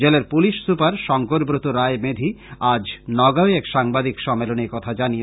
জেলার police super Shankarbrata Roy Medhi আজ নগাঁও এ এক সাংবাদিক সম্মেলনে একথা জানান